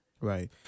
Right